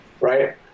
right